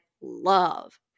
love